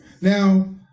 now